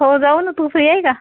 हो जाऊ ना तू फ्री आहे का